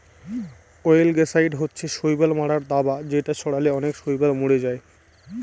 অয়েলগেসাইড হচ্ছে শৈবাল মারার দাবা যেটা ছড়ালে অনেক শৈবাল মরে যায়